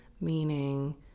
meaning